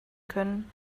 können